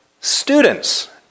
students